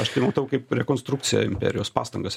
aš tai matau kaip rekonstrukciją imperijos pastangas